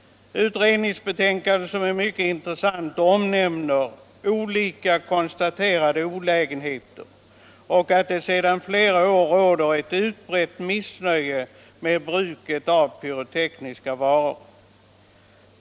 Utredningsbetänkandet, som är mycket intressant, omnämner olika konstaterade olägenheter och att det sedan flera år råder ett utbrett missnöje med bruket av pyrotekniska varor.